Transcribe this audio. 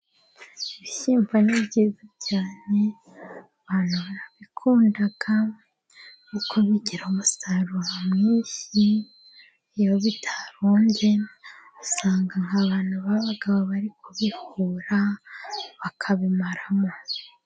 Ibishyimbo ni byiza cyane, abantu barabikunda, uko bigira umusaruro mwinshi, iyo bitarumbye, usanga nk'abantu b'abagabo bari kubihura, bakabimaramo.